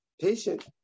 patient